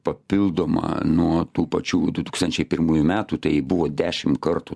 papildoma nuo tų pačių du tūkstančiai pirmųjų metų tai buvo dešim kartų